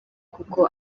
kuko